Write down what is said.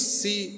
see